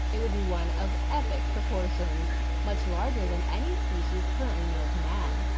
it would be one of epic proportions much larger than any species currently known to man.